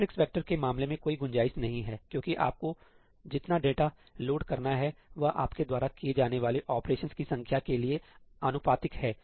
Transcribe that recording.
matrix vector के मामले में कोई गुंजाइश नहीं हैक्योंकि आपको जितना डेटा लोड करना है वह आपके द्वारा किए जाने वाले ऑपरेशनस की संख्या के लिए आनुपातिक है